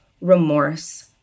remorse